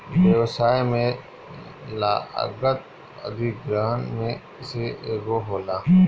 व्यवसाय में लागत अधिग्रहण में से एगो होला